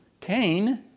Cain